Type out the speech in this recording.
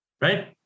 right